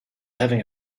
having